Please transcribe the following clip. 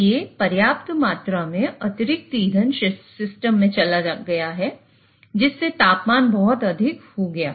इसलिए पर्याप्त मात्रा में अतिरिक्त ईंधन सिस्टम में चला गया जिससे तापमान बहुत अधिक हो गया